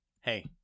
hey